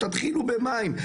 תתחילו במים,